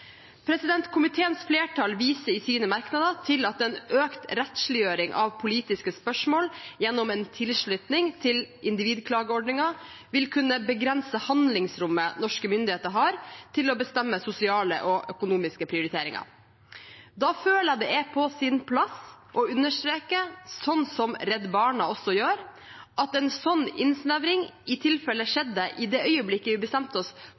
Komiteens flertall viser i sine merknader til at en økt rettsliggjøring av politiske spørsmål gjennom en tilslutning til individklageordninger vil kunne begrense handlingsrommet norske myndigheter har til å bestemme sosiale og økonomiske prioriteringer. Da føler jeg at det er på sin plass å understreke, slik som Redd Barna også gjør, at en slik innsnevring i tilfellet skjedde i det øyeblikket vi bestemte oss